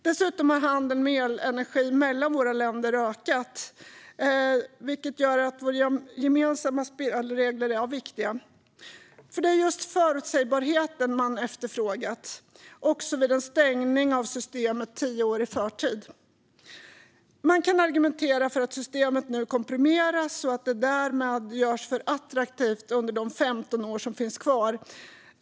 Dessutom har handeln med elenergi mellan våra länder ökat, vilket gör att gemensamma spelregler är viktiga. Det är nämligen just förutsägbarheten som har efterfrågats, också vid en stängning av systemet tio år i förväg. Man kan argumentera för att systemet nu komprimeras och att det därmed görs för attraktivt under de 15 år som det finns kvar.